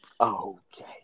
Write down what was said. Okay